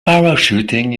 parachuting